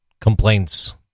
complaints